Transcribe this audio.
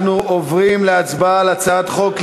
אנחנו עוברים להצבעה על הצעת החוק,